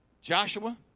Joshua